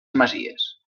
masies